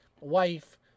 wife